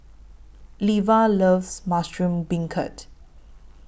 Leva loves Mushroom Beancurd